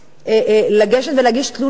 לגשת ולהגיש תלונה,